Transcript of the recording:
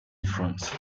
difference